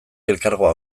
elkargoa